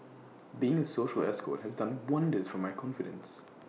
being A social escort has done wonders for my confidence